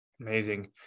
Amazing